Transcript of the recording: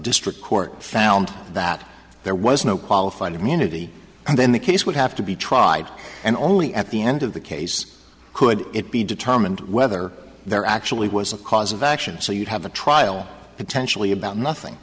district court found that there was no qualified immunity then the case would have to be tried and only at the end of the case could it be determined whether there actually was a cause of action so you'd have a trial potentially about nothing